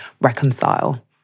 reconcile